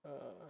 err